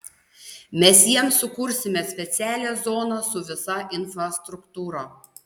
mes jiems sukursime specialią zoną su visa infrastruktūra